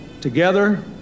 Together